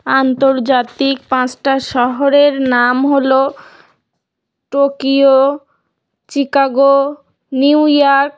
আন্তর্জাতিক পাঁচটা শহরের নাম হলো টোকিয়ো চিকাগো নিউইয়র্ক